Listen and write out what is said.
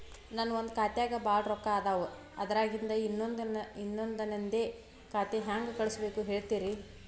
ನನ್ ಒಂದ್ ಖಾತ್ಯಾಗ್ ಭಾಳ್ ರೊಕ್ಕ ಅದಾವ, ಅದ್ರಾಗಿಂದ ಇನ್ನೊಂದ್ ನಂದೇ ಖಾತೆಗೆ ಹೆಂಗ್ ಕಳ್ಸ್ ಬೇಕು ಹೇಳ್ತೇರಿ?